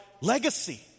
legacy